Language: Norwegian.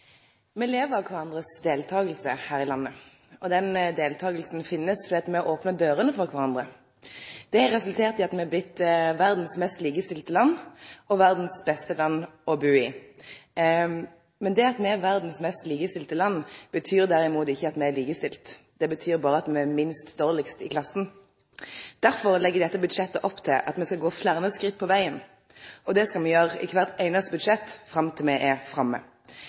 Me lever av kvarandres deltaking her i landet. Den deltakinga finst ved at me opnar dørene for kvarandre. Det har resultert i at me har blitt verdas mest likestilte land og verdas beste land å bu i. Men det at me er verdas mest likestilte land, betyr derimot ikkje at me er likestilte. Det betyr berre at me er minst dårlege i klassa. Derfor legg dette budsjettet opp til at me skal gå fleire skritt på vegen. Det skal me gjere i kvart einaste budsjett til me er framme.